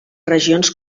regions